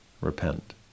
Repent